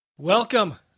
Welcome